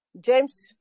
James